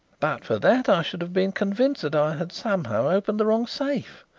but for that i should have been convinced that i had somehow opened the wrong safe.